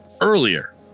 earlier